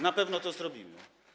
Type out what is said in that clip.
Na pewno to zrobimy.